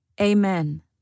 Amen